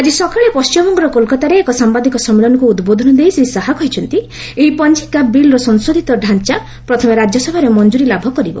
ଆଜି ସକାଳେ ପଣ୍ଟିମବଙ୍ଗର କୋଲ୍କତାରେ ଏକ ସାମ୍ଭାଦିକ ସମ୍ମିଳନୀକୁ ଉଦ୍ବୋଧନ ଦେଇ ଶ୍ରୀ ଶାହା କହିଛନ୍ତି ଏହି ପଞ୍ଜିକା ବିଲ୍ର ସଂଶୋଧିତ ଢାଞ୍ଚା ପ୍ରଥମେ ରାଜ୍ୟସଭାରେ ମଞ୍ଜୁରୀ ଲାଭ କରିବ